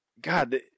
god